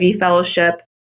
fellowship